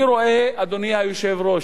אני רואה, אדוני היושב-ראש,